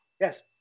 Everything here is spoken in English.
yes